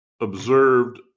observed